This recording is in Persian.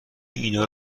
اینا